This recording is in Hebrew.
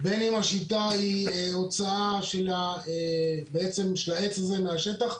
בין אם השיטה היא הוצאה של העץ הזה מהשטח,